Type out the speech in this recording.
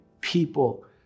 people